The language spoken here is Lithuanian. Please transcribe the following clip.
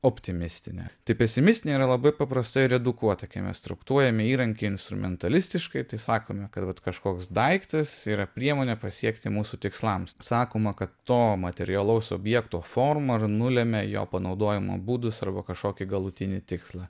optimistinė tai pesimistinė yra labai paprastai redukuota kai mes traktuojame įrankį instrumentalistiškai tai sakome kad vat kažkoks daiktas yra priemonė pasiekti mūsų tikslams sakoma kad to materialaus objekto forma ir nulemia jo panaudojimo būdus arba kažkokį galutinį tikslą